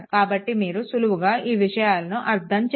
కాబట్టి మీరు సులువుగా ఈ విషయాలను అర్థం చేసుకోగలరు